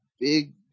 big